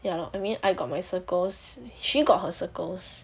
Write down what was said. ya lor I mean I got my circles she got her circles